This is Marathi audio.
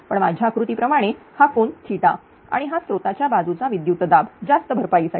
पण माझ्या आकृती प्रमाणे हा कोन आणि हा स्त्रोताचा बाजूचा विद्युतदाब जास्त भरपाईसाठी